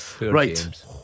Right